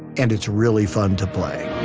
and it's really fun to play